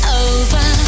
over